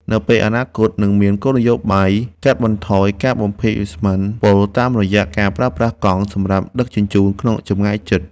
នៅពេលអនាគតនឹងមានគោលនយោបាយកាត់បន្ថយការបំភាយឧស្ម័នពុលតាមរយៈការប្រើប្រាស់កង់សម្រាប់ដឹកជញ្ជូនក្នុងចម្ងាយជិត។